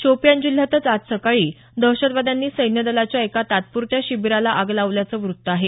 शोपियान जिल्ह्यातच आज सकाळी दहशतवाद्यांनी सैन्यदलाच्या एका तात्प्रत्या शिबीराला आग लावल्याचं वृत्त आहे